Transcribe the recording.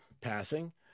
passing